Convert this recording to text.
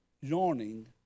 yawning